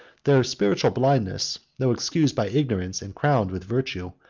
their spiritual blindness, though excused by ignorance and crowned with virtue,